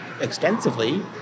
extensively